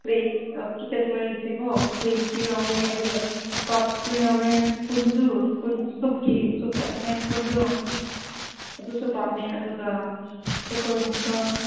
plate kitchen ꯋꯦꯌꯔꯒꯤꯁꯦꯀꯣ ꯄ꯭ꯂꯦꯠꯁꯨ ꯌꯥꯎꯔꯦ ꯑꯗꯨꯒ ꯀꯞꯁꯨ ꯌꯥꯎꯔꯦ ꯁ꯭ꯄꯨꯟꯗꯨ ꯁ꯭ꯄꯨꯟ ꯁꯨꯞꯀꯤ ꯁꯨꯞ ꯊꯛꯅꯤꯡꯉꯥꯏ ꯁ꯭ꯄꯨꯟꯗꯨ ꯑꯗꯨꯁꯨ ꯄꯥꯝꯃꯦ ꯑꯗꯨꯒ ꯀꯨꯀꯔꯒꯨꯝꯕ